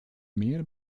mehr